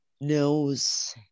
knows